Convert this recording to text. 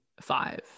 five